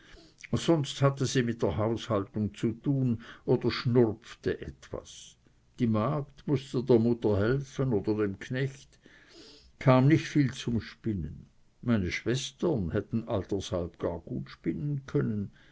sonst hatte sie mit der haushaltung zu tun oder schnurpfte etwas die magd mußte der mutter helfen oder dem knecht kam nicht viel zum spinnen meine schwestern hätten altershalb gar gut spinnen können